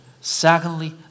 secondly